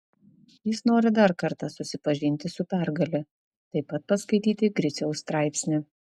jis nori dar kartą susipažinti su pergale taip pat paskaityti griciaus straipsnį